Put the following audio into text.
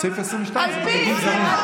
סעיף 22 זה נואמים זרים.